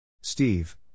Steve